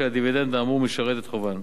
שהדיבידנד האמור משרת את חובן.